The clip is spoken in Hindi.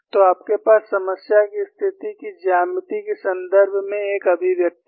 तो आपके पास समस्या की स्थिति की ज्यामिति के संदर्भ में एक अभिव्यक्ति है